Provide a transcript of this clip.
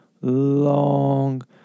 long